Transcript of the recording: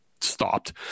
stopped